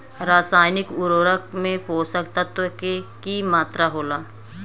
रसायनिक उर्वरक में पोषक तत्व के की मात्रा होला?